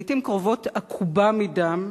לעתים קרובות עקובה מדם,